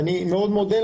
כמובן,